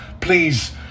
Please